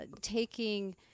taking